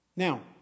Now